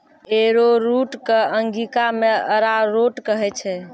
arrowroot कॅ अंगिका मॅ अरारोट कहै छै